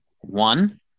one